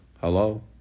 Hello